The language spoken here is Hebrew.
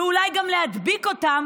ואולי גם להדביק אותם.